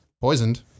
poisoned